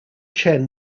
chen